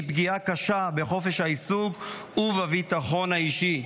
היא פגיעה קשה בחופש העיסוק ובביטחון האישי.